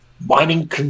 mining